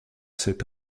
cet